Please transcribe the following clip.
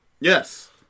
Yes